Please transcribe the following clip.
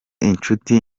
inshuti